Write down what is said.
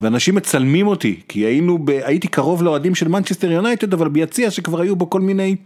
ואנשים מצלמים אותי, כי הייתי קרוב לאוהדים של מנצ'סטר יונייטד אבל ביציע שכבר היו בו כל מיני